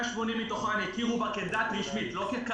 180 מדינות מתוכן הכירו בה כדת רשמית, לא ככת.